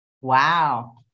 Wow